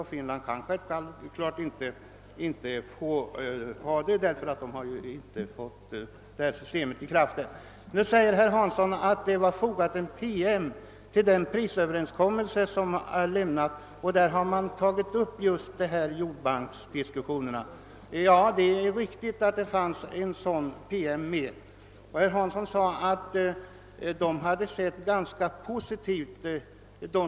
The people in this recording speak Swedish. I Finland kan man som sagt inte ha gjort det, eftersom systemet där inte ännu har trätt i kraft. Herr Hansson i Skegrie nämner också att en promemoria hade fogats till den prisöverenskommelse som lämnats, vari man tagit upp just jordbanksdiskussionen. Det är riktigt att det fanns en sådan PM med.